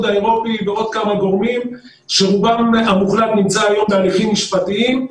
האירופי ועוד כמה גורמים שרובם המוחלט נמצא היום בהליכים משפטיים.